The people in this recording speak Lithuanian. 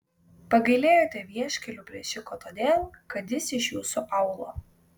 pagailėjote vieškelių plėšiko todėl kad jis iš jūsų aūlo